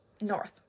north